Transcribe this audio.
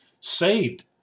saved